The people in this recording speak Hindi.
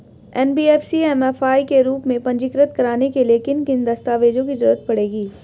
एन.बी.एफ.सी एम.एफ.आई के रूप में पंजीकृत कराने के लिए किन किन दस्तावेजों की जरूरत पड़ेगी?